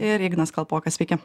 ir ignas kalpokas sveiki